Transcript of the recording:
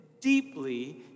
deeply